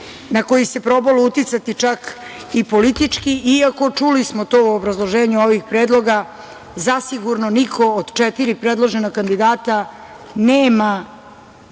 na koji se probalo uticati čak i politički, iako, čuli smo to u obrazloženju ovih predloga, zasigurno niko od četiri predložena kandidata nema